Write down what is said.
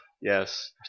Yes